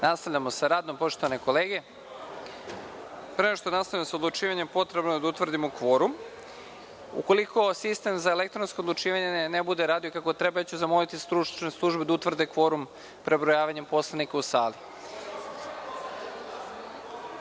Nastavljamo sa radom, poštovane kolege. Pre nego što nastavimo sa odlučivanjem potrebno je da utvrdimo kvorum. Ukoliko sistem za elektronsko odlučivanje ne bude radio kako treba zamoliću stručne službe da utvrde kvorum prebrojavanjem poslanika u